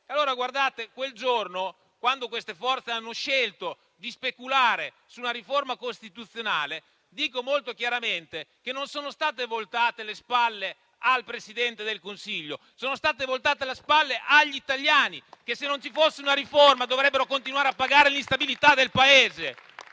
s'ha da fare. Quel giorno, quando queste forze hanno scelto di speculare sulla riforma costituzionale, dico molto chiaramente che non sono state voltate le spalle al Presidente del Consiglio, sono state voltate le spalle agli italiani che, in assenza di una riforma, dovrebbero continuare a pagare l'instabilità del Paese.